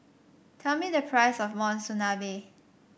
tell me the price of Monsunabe